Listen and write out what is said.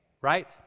right